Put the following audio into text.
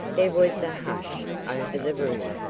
there was a hush over the room,